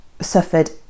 suffered